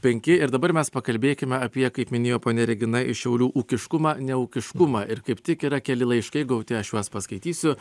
penki ir dabar mes pakalbėkime apie kaip minėjo ponia regina iš šiaulių ūkiškumą neūkiškumą ir kaip tik yra keli laiškai gauti aš juos paskaitysiu